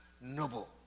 noble